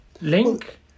link